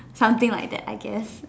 something like that I guess